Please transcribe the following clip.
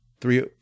three